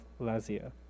Lazia